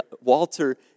Walter